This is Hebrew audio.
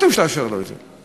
מה פתאום שתאשר לו את זה?